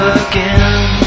again